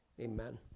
Amen